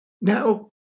Now